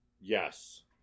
Yes